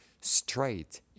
straight